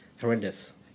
Horrendous